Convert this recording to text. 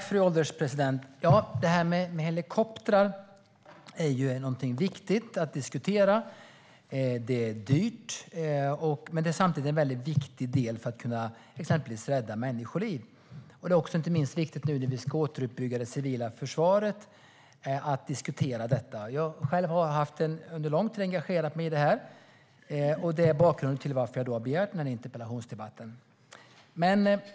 Fru ålderspresident! Detta med helikoptrar är viktigt att diskutera. Det är dyrt, men det är samtidigt en viktig del för att exempelvis kunna rädda människoliv. Det är också viktigt att diskutera detta, inte minst nu när vi ska återuppbygga det civila försvaret. Jag har engagerat mig i detta under lång tid, och det är bakgrunden till att jag har begärt denna interpellationsdebatt.